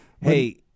Hey